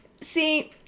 See